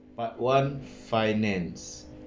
part one finance